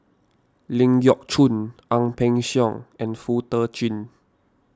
Ling Geok Choon Ang Peng Siong and Foo Tee Jun